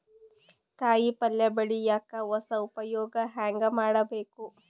ಕಾಯಿ ಪಲ್ಯ ಬೆಳಿಯಕ ಹೊಸ ಉಪಯೊಗ ಹೆಂಗ ಮಾಡಬೇಕು?